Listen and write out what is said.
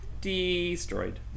destroyed